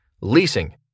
leasing